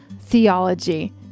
theology